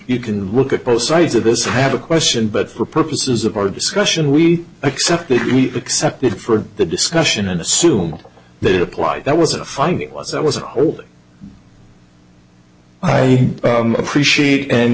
you can look at both sides of this i have a question but for purposes of our discussion we accept it we accept it for the discussion and assume that it applied that was a finding was that was an order i appreciate and